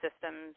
systems